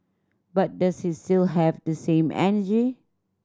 but does he still have the same energy